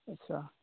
अच्छा